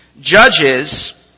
Judges